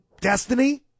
destiny